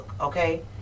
okay